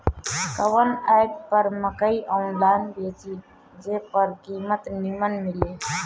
कवन एप पर मकई आनलाइन बेची जे पर कीमत नीमन मिले?